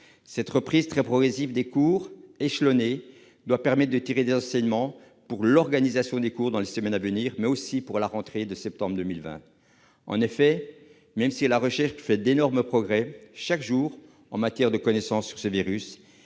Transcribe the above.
La reprise très progressive, échelonnée, des cours doit permettre de tirer des enseignements pour l'organisation des cours dans les semaines à venir, mais aussi pour la rentrée de septembre 2020. En effet, même si la recherche fait chaque jour d'énormes progrès en matière de connaissance de ce virus,